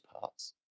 parts